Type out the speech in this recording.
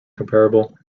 comparable